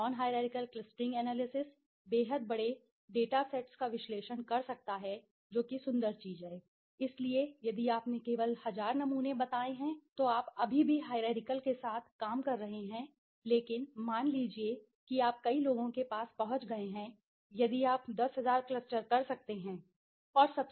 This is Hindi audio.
नॉन हाईरारकिअल क्लस्टरिंग एनालिसिस बेहद बड़े डेटा सेट्स का विश्लेषण कर सकता है जो कि सुंदर चीज है इसलिए यदि आपने केवल 1000 नमूने बताए हैं तो आप अभी भी हाईरारकिअल के साथ काम कर रहे हैं लेकिन मान लीजिए कि आप कई लोगों के पास पहुंच गए हैं यदि आप 10000 क्लस्टर कर सकते हैं हाँ आप क्लस्टर कर सकते हैं